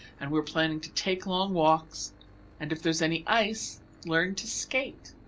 and we are planning to take long walks and if there's any ice learn to skate.